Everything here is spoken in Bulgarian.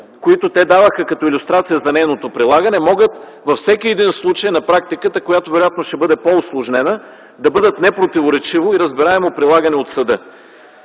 които те даваха като илюстрация за нейното прилагане, могат във всеки един случай на практиката, която вероятно ще бъде по-усложнена, да бъдат непротиворечиво и разбираемо прилагани от съда.